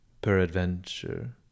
peradventure